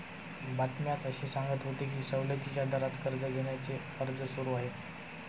बातम्यात असे सांगत होते की सवलतीच्या दरात कर्ज घेण्याचे अर्ज सुरू आहेत